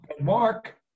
Mark